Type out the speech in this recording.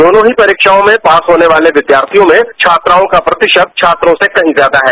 दोनों ही परीक्षाओं में पास होने वाले विद्यार्थियों में छात्राओं का प्रतिशत छात्रों से कहीं ज्यादा है